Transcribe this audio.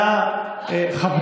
חברי הכנסת, תודה רבה.